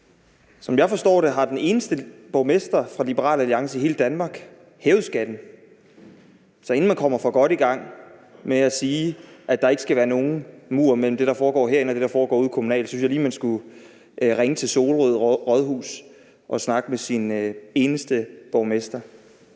Som jeg forstår det, har den eneste borgmester fra Liberal Alliance i hele Danmark hævet skatten. Så inden man kommer for godt i gang med at sige, at der ikke skal være nogen mur mellem det, der foregår herinde, og det, der foregår ude kommunalt, synes jeg lige, man skulle ringe til Solrød Rådhus og snakke med sin eneste borgmester.